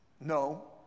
No